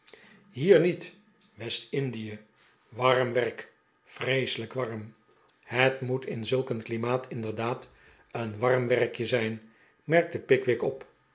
niet west-indie warm werk vreeselijk warm het moet in zulk een klimaat inderdaad een warm werkje zijn merkte pickwick op